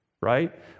right